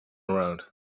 around